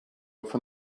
from